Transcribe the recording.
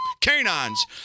canines